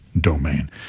domain